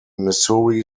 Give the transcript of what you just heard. missouri